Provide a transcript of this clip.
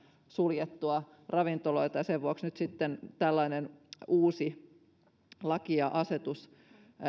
suljettua ravintoloita ja sen vuoksi nyt sitten tällainen uusi laki ja asetus